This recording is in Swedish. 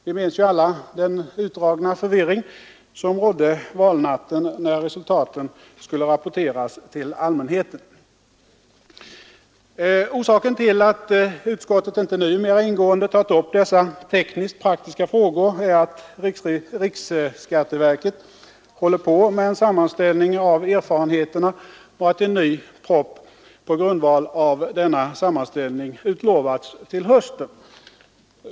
Vi minns alla den utdragna förvirring som rådde under valnatten när resultaten skulle rapporteras till allmänheten. Orsaken till att utskottet inte nu mera ingående tagit upp dessa tekniskt-praktiska frågor är att riksskatteverket håller på med en sammanställning av erfarenheterna och att en ny proposition på grundval av denna sammanställning utlovats till hösten.